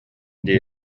дии